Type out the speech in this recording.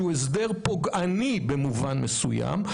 שהוא הסדר פוגעני במובן מסוים,